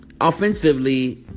offensively